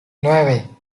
nueve